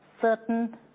certain